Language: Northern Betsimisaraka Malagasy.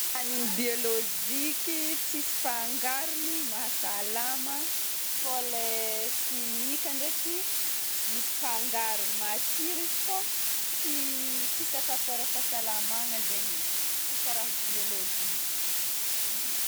Ny biôlôziky, tsisy fangarony mahasalama fô ilay simika ndraiky misy fangarony. Matsiro izy fô tsy sakafo ara-pahasalamagna zegny, tsy karaha biôlôjika.